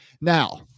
Now-